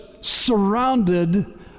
surrounded